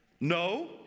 No